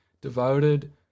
devoted